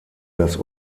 das